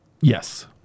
Yes